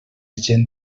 gent